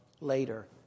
later